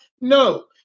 No